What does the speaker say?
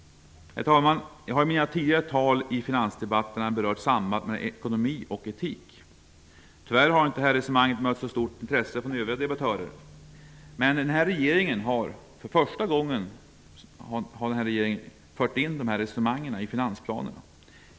Herr talman! Jag har i mina tidigare tal i finansdebatterna berört sambandet mellan ekonomi och etik. Tyvärr har detta resonemang inte mött så stort intresse från övriga debattörer. Men för första gången har denna regering nu fört in dessa resonemang i finansplanerna.